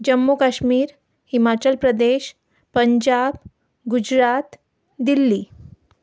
Jammu Kashmir Himachal Pradesh Punjab Gujarat Delhi